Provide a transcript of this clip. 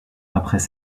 après